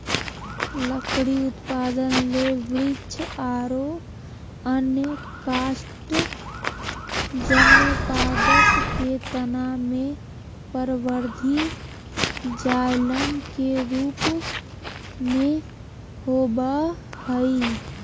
लकड़ी उत्पादन ले वृक्ष आरो अन्य काष्टजन्य पादप के तना मे परवर्धी जायलम के रुप मे होवअ हई